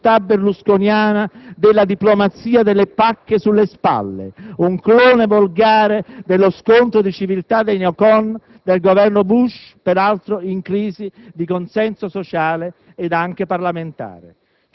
Il Presidente del Consiglio ci ha oggi illustrato, in continuità con la relazione del Ministro degli esteri, una strategia di politica estera fondata sull'articolo 11 della Costituzione (l'Italia ripudia la guerra),